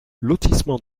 lotissement